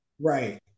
Right